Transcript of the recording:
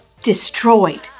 destroyed